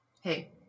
hey